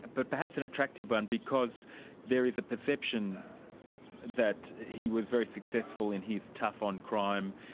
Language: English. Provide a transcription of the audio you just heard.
ah but perhaps an attractive one because there is a perception that he was very successful in his tough on crime,